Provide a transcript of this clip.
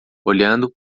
olhando